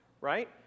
right